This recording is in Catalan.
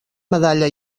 medalla